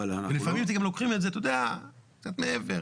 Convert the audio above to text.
לפעמים אתם גם לוקחים את זה, אתה יודע, קצת מעבר.